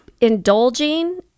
Indulging